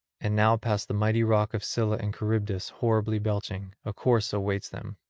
and now past the mighty rock of scylla and charybdis horribly belching, a course awaits them.